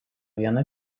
viena